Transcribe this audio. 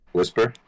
Whisper